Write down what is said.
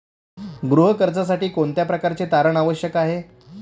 गृह कर्जासाठी कोणत्या प्रकारचे तारण आवश्यक आहे?